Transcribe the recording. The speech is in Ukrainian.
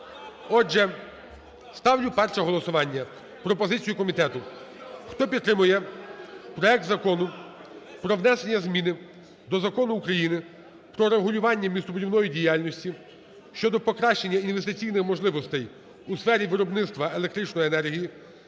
Отже, ставлю перше голосування: пропозицію комітету. Хто підтримує проект Закону про внесення зміни до Закону України "Про регулювання містобудівної діяльності" щодо покращення інвестиційних можливостей у сфері виробництва електричної енергії